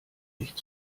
nicht